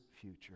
future